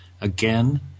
Again